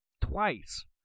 twice